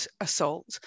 assault